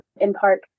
in-park